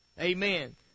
Amen